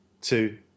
two